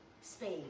Spain